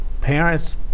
parents